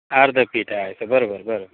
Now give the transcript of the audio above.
अर्धं पीठ आहे बरोबर बरोबर